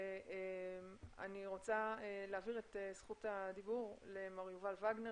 אני רוצה להעביר את זכות הדיבור למר יובל וגנר